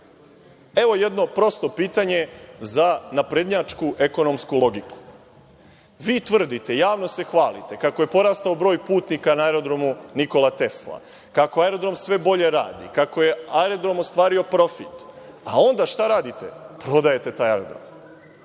evo prosto pitanje za naprednjačku ekonomsku logiku, vi tvrdite, javno se hvalite kako je porastao broj putnika na Aerodromu „Nikola Tesla“, kako aerodrom sve bolje, kako je aerodrom ostvario profit, a onda šta radite, prodajete taj aerodrom.